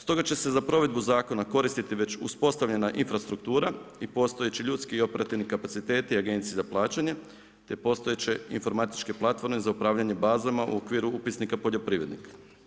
Stoga će se za provedbu zakona, koristiti već uspostavljena infrastruktura i postojeći ljudski i operativni kapaciteti, agencije za plaćanje, te postojeće informatičke platforme za obavljanje bazama u okviru upisnika poljoprivrednika.